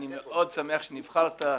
אני מאוד שמח שנבחרת.